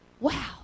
wow